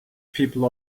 people